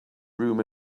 room